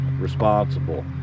responsible